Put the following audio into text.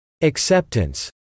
Acceptance